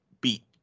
beat